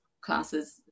classes